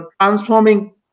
transforming